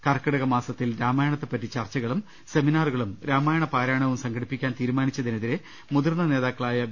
കർക്കിടക മാസ ത്തിൽ രാമയണത്തെപ്പറ്റി ചർച്ചകളും സെമിനാറുകളും രാമായണപാരാ യണവും സംഘടിപ്പിക്കാൻ തീരുമാനിച്ചതിനെതിരെ മുതിർന്ന നേതാക്ക ളായ വി